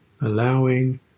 allowing